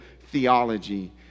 Theology